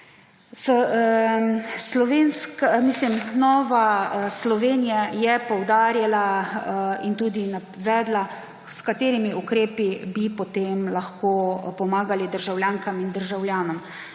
v te zadeve. Nova Slovenija je poudarila in tudi navedla, s katerimi ukrepi bi potem lahko pomagali državljankam in državljanom.